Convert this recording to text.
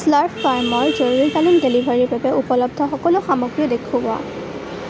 Slurrp ফাৰ্মৰ জৰুৰীকালীন ডেলিভাৰীৰ বাবে উপলব্ধ সকলো সামগ্ৰী দেখুওৱা